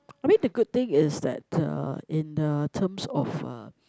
I mean the good thing is that uh in uh terms of a